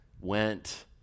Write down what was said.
went